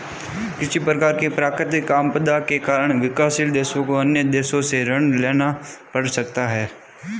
किसी प्रकार की प्राकृतिक आपदा के कारण विकासशील देशों को अन्य देशों से ऋण लेना पड़ सकता है